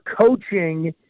coaching